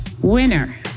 Winner